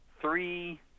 three